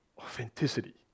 Authenticity